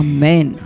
Amen